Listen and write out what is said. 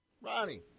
Ronnie